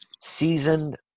seasoned